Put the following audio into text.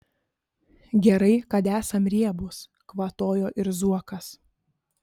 gerai kad esam riebūs kvatojo ir zuokas